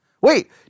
Wait